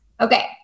Okay